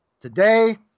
today